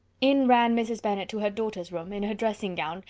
in ran mrs. bennet to her daughter's room, in her dressing gown,